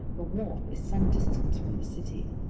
the wharf is some distance from the city.